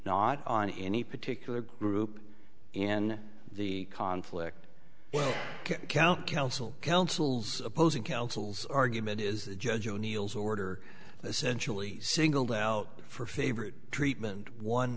not on any particular group and the conflict well count council councils opposing councils argument is the judge o'neill's order essentially singled out for favorite treatment one